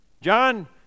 John